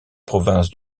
provinces